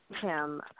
Kim